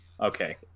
Okay